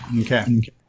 okay